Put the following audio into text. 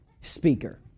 speaker